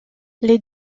les